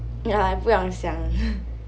ya 不用想的